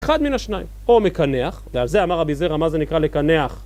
אחד מן השניים, או מקנח, ועל זה אמר הביזירה מה זה נקרא לקנח